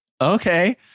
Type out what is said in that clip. Okay